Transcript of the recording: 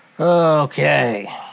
Okay